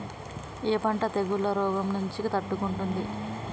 ఏ పంట తెగుళ్ల రోగం నుంచి తట్టుకుంటుంది?